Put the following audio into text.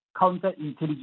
counterintelligence